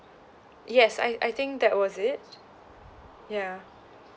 yes I I think that was it ya